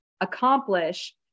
accomplish